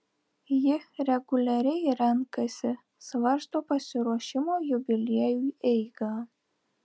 ji reguliariai renkasi svarsto pasiruošimo jubiliejui eigą